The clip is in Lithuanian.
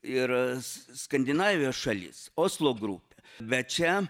ir ts skandinavijos šalis oslo grupę bet čia